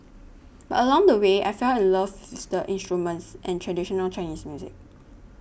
but along the way I fell in love with the instruments and traditional Chinese music